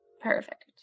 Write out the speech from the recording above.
Perfect